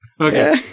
Okay